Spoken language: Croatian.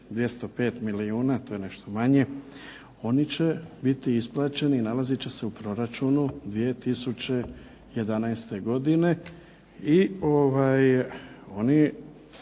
205 milijuna to je nešto manje oni će biti isplaćeni i nalazit će se u proračunu 2011. godine